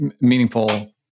meaningful